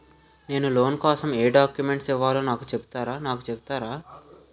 నేను లోన్ కోసం ఎం డాక్యుమెంట్స్ ఇవ్వాలో నాకు చెపుతారా నాకు చెపుతారా?